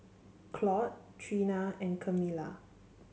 Claud Treena and Camilla